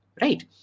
Right